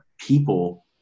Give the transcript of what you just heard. people